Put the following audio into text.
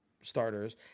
starters